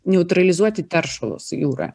neutralizuoti teršalus jūroje